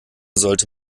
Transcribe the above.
sollte